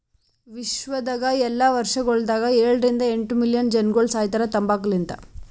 ವಿಶ್ವದಾಗ್ ಎಲ್ಲಾ ವರ್ಷಗೊಳದಾಗ ಏಳ ರಿಂದ ಎಂಟ್ ಮಿಲಿಯನ್ ಜನಗೊಳ್ ಸಾಯಿತಾರ್ ತಂಬಾಕು ಲಿಂತ್